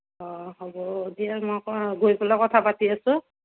অ' হ'ব দিয়া মই গৈ পেলাই কথা পাতি আছোঁ